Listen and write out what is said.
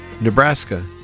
Nebraska